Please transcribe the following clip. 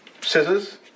scissors